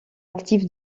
actifs